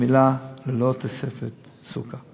המילים "ללא תוספת סוכר".